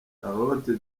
charlotte